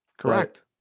Correct